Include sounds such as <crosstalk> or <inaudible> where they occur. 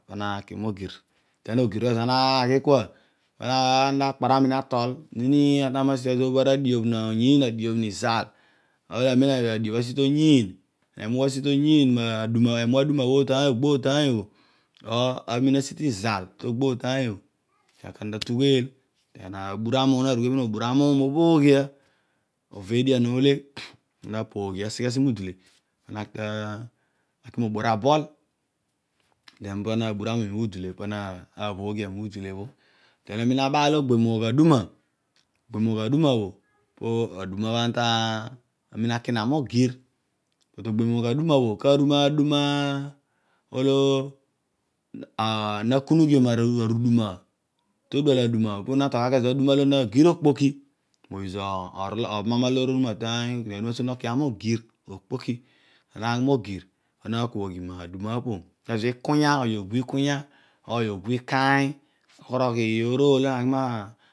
Pana naki mogir, den ogir bho ezo ana naghi kua pana ta kparam minu atol nini ataim asi tezo bo aru diobh noyinn adiubh nizal, olo amen obho amem bho asi toyiin, emu bho asi toyiin aduma ogbo otaany bho, amina asi izal mogbo otaany bho kedio ana ta tugheel, kedio ana ta bura muum, ana na rughue pana, obara anuum obhoghia ova edien ole, aseghe asi tu dule pana oghi obor abol den ana ubura muum module pana obho ghia udule bho, leedio amina abaal ogbiom oogh aduma, bho pa aduma olo ana taki modighi, ogbiom oog aduma pa amem <unintelligible> ta odual aduma bho, ana na aghi mogir mogbe bhiom oogh aduma pana oghi ogu ikunya, nikaany ogho roghi orool.